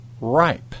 ripe